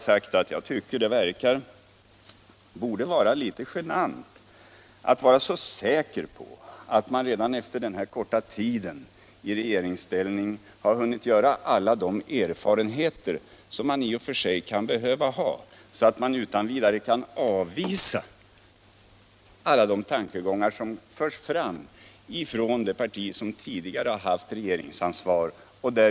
Det är nästan litet genant att man redan efter denna korta tid i regeringsställning anser sig ha hunnit göra alla de erfarenheter som behövs, så att man utan vidare kan avvisa de tankegångar som förs fram från det parti som tidigare har haft regeringsansvaret.